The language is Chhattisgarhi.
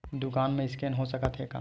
दुकान मा स्कैन हो सकत हे का?